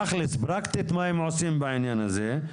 תכלס, פרקטית, מה הם עושים בעניין הזה.